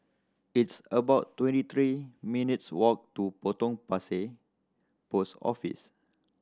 it's about twenty three minutes' walk to Potong Pasir Post Office